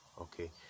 okay